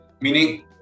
Meaning